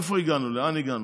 לאיפה הגענו, לאן הגענו?